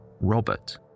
Robert